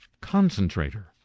concentrator